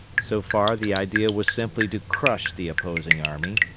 so far the idea was simply to crush the opposing army,